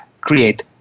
create